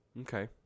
Okay